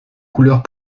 couleurs